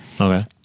Okay